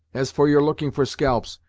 as for your looking for scalps,